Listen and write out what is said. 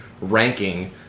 ranking